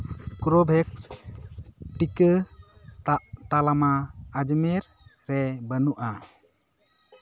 ᱠᱳᱵᱷᱮᱠᱥ ᱴᱤᱠᱟᱹ ᱛᱟᱜ ᱛᱟᱞᱢᱟ ᱟᱡᱢᱮᱨ ᱨᱮ ᱵᱟᱹᱱᱩᱜᱼᱟ